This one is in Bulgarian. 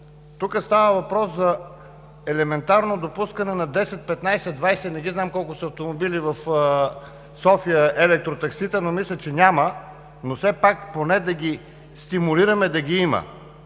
Тук става въпрос за елементарно допускане на 10, 15, 20 – не знам колко автомобила в София са електротаксита, но мисля, че няма. Все пак поне да ги стимулираме да ги има.